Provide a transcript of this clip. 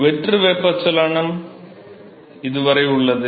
வெற்று வெப்பச்சலனம் இது வரை உள்ளது